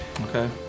Okay